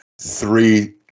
three